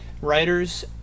writers